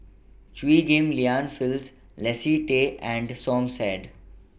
Chew Ghim Lian Phyllis Leslie Tay and Som Said